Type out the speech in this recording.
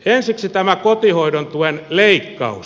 ensiksi tämä kotihoidon tuen leikkaus